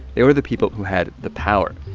they were the people who had the power.